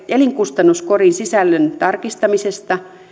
elinkustannuskorin sisällön tarkistamisesta